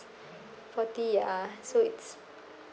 forty ya so it's